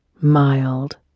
mild